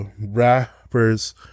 rappers